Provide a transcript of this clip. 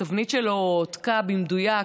התבנית שלו הועתקה במדויק,